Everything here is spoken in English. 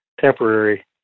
temporary